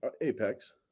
apex